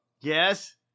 yes